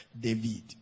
David